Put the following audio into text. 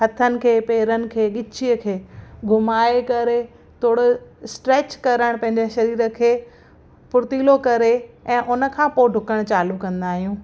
हथन खे पैरनि खे बिछीअ खे घुमाए करे तुड स्ट्रैच करण पंहिंजे शरीर खे फुर्तिलो करे ऐं उनखां पोइ ॾुकण चालू कंदा आहियूं